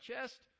chest